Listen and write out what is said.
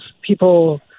people